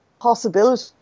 possibility